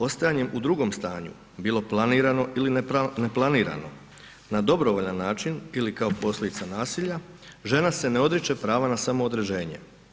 Ostajanjem u drugom stanju bilo planirano ili neplanirano na dobrovoljan način ili kao posljedica nasilja žena se ne odriče prava na samoodređenje.